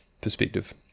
perspective